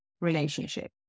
relationship